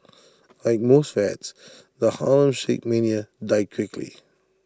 like most fads the Harlem shake mania died quickly